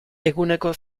eguneko